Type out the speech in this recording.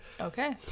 Okay